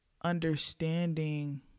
Understanding